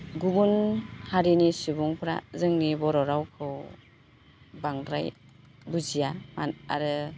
गुबुन हारिनि सुबुंफ्रा जोंनि बर' रावखौ बांद्राय बुजिया आरो